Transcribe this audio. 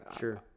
Sure